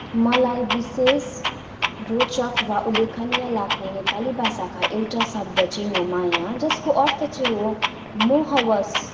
मलाई विशेष रोचक वा उल्लेखलीय लाग्ने नेपाली भाषाका एउटा शब्द चाहिँ माया जसको अर्थ चाहिँ हो मोहवश